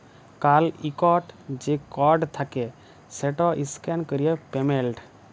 কাল ইকট যে কড থ্যাকে সেট ইসক্যান ক্যরে পেমেল্ট